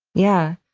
yeah.